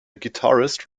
guitarist